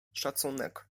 szacunek